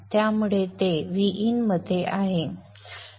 त्यामुळे ते V in मध्ये आहे